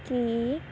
ਕੀ